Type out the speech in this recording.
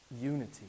Unity